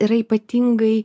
yra ypatingai